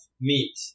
meat